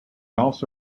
also